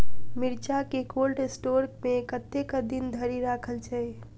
मिर्चा केँ cold store मे कतेक दिन धरि राखल छैय?